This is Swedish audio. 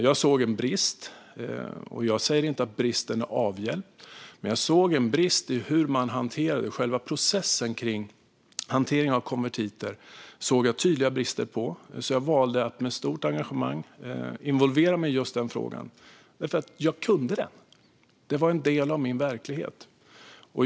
Jag såg en brist, och jag säger inte att den är avhjälpt, i själva processen kring hanteringen av konvertiter. Där såg jag tydliga brister, så jag valde att med stort engagemang involvera mig i just den frågan därför att jag kunde den. Det var en del av min verklighet.